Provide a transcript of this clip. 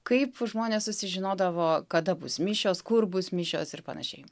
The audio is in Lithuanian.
kaip žmonės susižinodavo kada bus mišios kur bus mišios ir panašiai